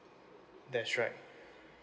that's right